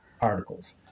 articles